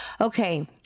Okay